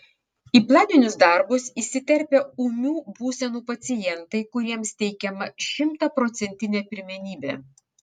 į planinius darbus įsiterpia ūmių būsenų pacientai kuriems teikiama šimtaprocentinė pirmenybė